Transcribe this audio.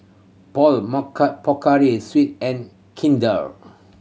Paul Pocari Sweat and Kinder